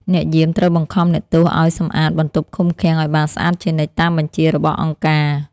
អ្នកយាមត្រូវបង្ខំអ្នកទោសឱ្យសម្អាតបន្ទប់ឃុំឃាំងឱ្យបានស្អាតជានិច្ចតាមបញ្ជារបស់អង្គការ។